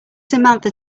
samantha